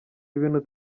ibintu